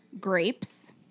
Grapes